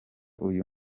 uyu